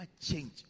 change